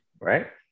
right